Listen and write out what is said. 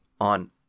on